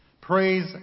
Praise